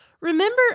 Remember